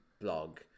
blog